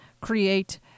create